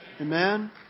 Amen